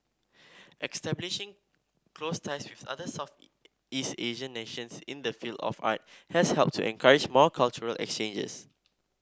establishing close ties with other Southeast Asian nations in the field of art has helped to encourage more cultural exchanges